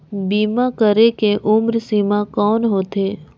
बीमा करे के उम्र सीमा कौन होथे?